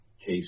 case